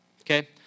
Okay